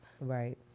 Right